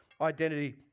identity